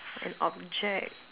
an object